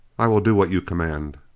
i will do what you command.